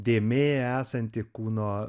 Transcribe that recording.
dėmė esanti kūno